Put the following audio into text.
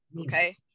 okay